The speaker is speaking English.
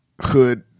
hood